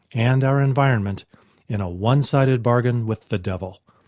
and our environment in a one-sided bargain with the devil.